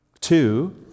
Two